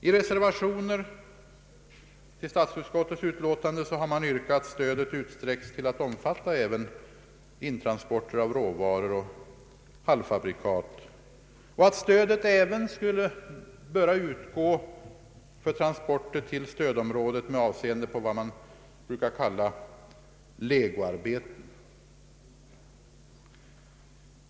I reservationer till statsutskottets utlåtande har reservanterna yrkat att stödet skall utsträckas till att omfatta även intransporter av råvaror och halvfabrikat och att stödet även borde utgå till transporter till stödområdet med avseende på vad som brukar kallas legoarbeten.